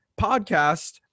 podcast